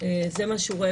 זה מה שהוא רואה.